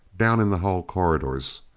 down in the hull corridors.